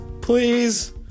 Please